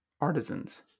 artisans